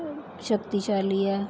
ਸ਼ਕਤੀਸ਼ਾਲੀ ਹੈ